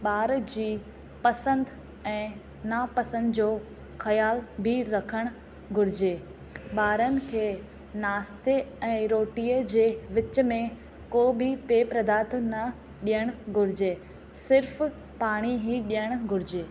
ॿार जी पसंदि ऐं नापसंदि जो ख़्याल बि रखणु घुरिजे ॿारनि खे नास्ते ऐं रोटीअ जे विच में को बि पेय पदार्थ न ॾियणु घुरिजे सिर्फ़ु पाणी ई ॾियणु घुरिजे